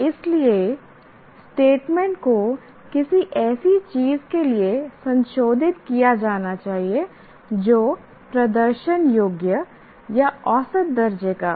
इसलिए स्टेटमेंट को किसी ऐसी चीज के लिए संशोधित किया जाना चाहिए जो प्रदर्शन योग्य या औसत दर्जे का हो